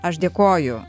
aš dėkoju